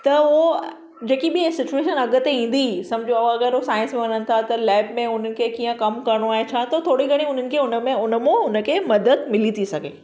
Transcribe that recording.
त उहो जेकी बि सिच्वेशन अॻिते ईंदी समुझो अगरि हू सायन्स में वञनि था त लाइफ में उन्हनि खे कीअं कमु करणो आहे छा थोरी घणी उन्हनि खे उन मां उनखे मदद मिली थी सघे